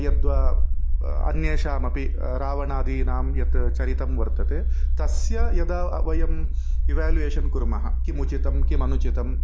यद्वा प अन्येषामपि रावणादीनां यत् चरितं वर्तते तस्य यदा वयम् इवेल्युवेशन् कुर्मः किमुचितं किम् अनुचितं